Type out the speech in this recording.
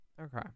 Okay